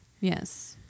Yes